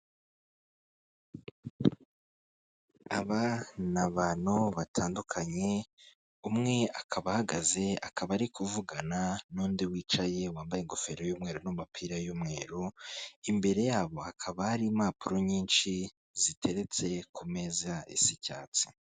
Aba ni abantu batandukanye, umwe akaba ahagaze akaba ari kuvugana n'undi wicaye wambaye ingofero y'umweru n'umupira w'umweru. Imbere yabo hakaba hari impapuro nyinshi ziteretse ku meza isa icyatsi.